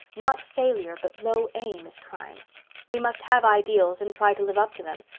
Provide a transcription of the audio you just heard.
not failure but low aim is crime we must have ideals and try to live up to them,